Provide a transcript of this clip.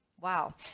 wow